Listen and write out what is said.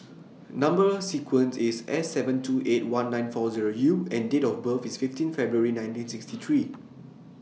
Number sequence IS S seven two eight one nine four Zero U and Date of birth IS fifteen February nineteen sixty three